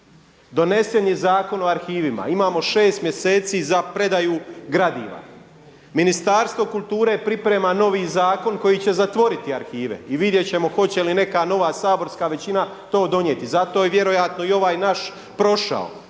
donesen je Zakon o arhivima, imamo 6 mjeseci za predaju gradiva. Ministarstvo kulture priprema novi zakon koji će zatvoriti arhive i vidjeti ćemo hoće li neka nova saborska većina to donijeti. Zato je vjerojatno i ovaj naš prošao